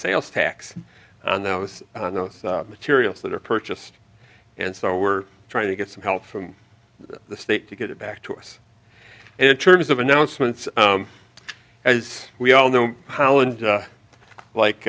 sales tax on those on those materials that are purchased and so we're trying to get some help from the state to get it back to us it terms of announcements as we all know how and like